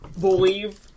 believe